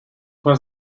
was